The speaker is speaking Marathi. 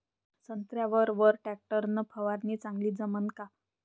संत्र्यावर वर टॅक्टर न फवारनी चांगली जमन का?